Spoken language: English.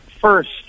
first